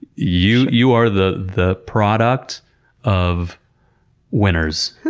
you you are the the product of winners.